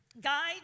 guide